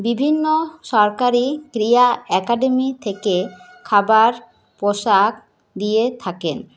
বিভিন্ন সরকারি ক্রিয়া অ্যাকাডেমি থেকে খাবার পোশাক দিয়ে থাকেন